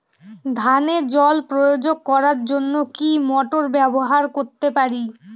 ধানে জল প্রয়োগ করার জন্য কি মোটর ব্যবহার করতে পারি?